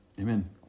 Amen